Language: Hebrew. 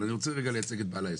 אבל אני רוצה רגע לייצג את בעל העסק.